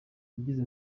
yagize